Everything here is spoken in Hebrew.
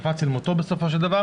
קפץ אל מותו בסופו של דבר